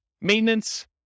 Maintenance